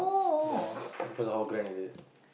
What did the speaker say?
then depends on how grand is it